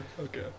Okay